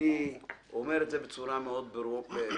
אני אומר את זה בצורה מאוד ברורה.